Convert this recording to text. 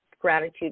gratitude